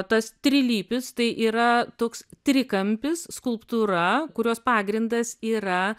tas trilypis tai yra toks trikampis skulptūra kurios pagrindas yra